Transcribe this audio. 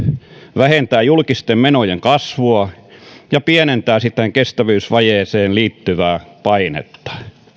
vähentää julkisten menojen kasvua ja pienentää siten kestävyysvajeeseen liittyvää painetta